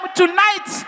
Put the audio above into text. tonight